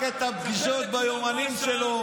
ראש לה"ב מחק את הפגישות ביומנים שלו.